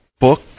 book